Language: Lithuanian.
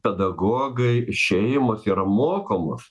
pedagogai šeimos yra mokomos